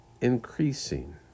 increasing